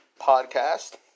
Podcast